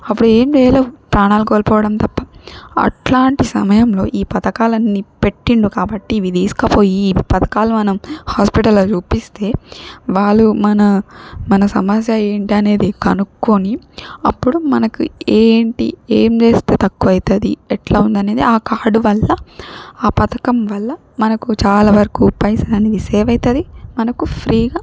అప్పుడు ఏం చెయ్యలేవు ప్రాణాలు కోల్పోవడం తప్ప అట్లాంటి సమయంలో ఈ పథకాలన్నీ పెట్టిండు కాబట్టి ఇవి తీసుకపోయి ఈ పథకాలు మనం హాస్పిటల్లో చూపిస్తే వాళ్ళు మన మన సమస్య ఏంటి అనేది కనుక్కొని అప్పుడు మనకి ఏంటి ఏం చేస్తే తక్కువైతాది ఎట్లా ఉంది అనేది ఆ కార్డు వల్ల ఆ పథకం వల్ల మనకు చాలా వరకు పైసలు అనేది సేవ అవుతుంది మనకు ఫ్రీగా